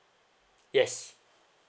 yes